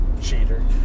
cheater